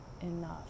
enough